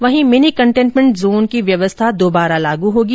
वहीं mini containment zone की व्यवस्था दुबारा लागू होगी